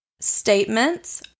Statements